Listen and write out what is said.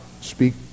speak